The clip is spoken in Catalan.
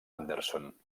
anderson